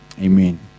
Amen